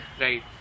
right